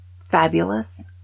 Fabulous